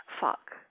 fuck